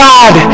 God